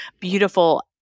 beautiful